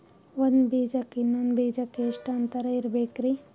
ಒಂದ್ ಬೀಜಕ್ಕ ಇನ್ನೊಂದು ಬೀಜಕ್ಕ ಎಷ್ಟ್ ಅಂತರ ಇರಬೇಕ್ರಿ?